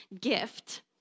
gift